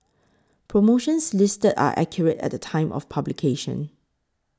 promotions listed are accurate at the time of publication